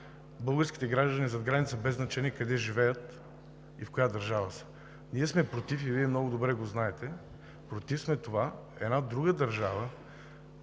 българските граждани зад граница, без значение къде живеят и в коя държава са. Ние сме против, и Вие много добре го знаете – против сме това една друга държава,